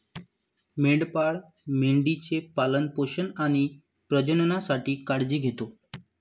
मेंढपाळ मेंढी चे पालन पोषण आणि प्रजननासाठी काळजी घेतो